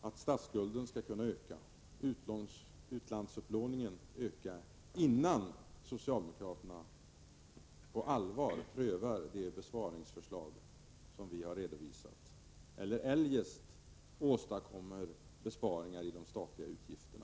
Hur långt skall statsskulden och utlandsupplåningen öka innan socialdemokraterna på allvar prövar de besparingsförslag vi redovisat eller eljest åstadkommer besparingar i de statliga utgifterna?